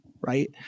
Right